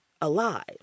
alive